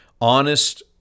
honest